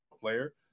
player